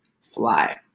fly